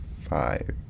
five